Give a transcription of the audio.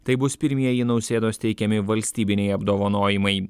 tai bus pirmieji nausėdos teikiami valstybiniai apdovanojimai